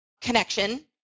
connection